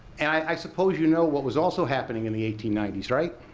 and i suppose you know what was also happening in the eighteen ninety s, right?